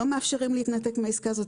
לא מאפשרים להתנתק מהעסקה הזאת,